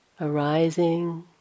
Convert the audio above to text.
arising